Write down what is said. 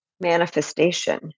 manifestation